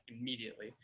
immediately